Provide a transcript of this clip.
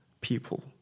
people